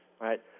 right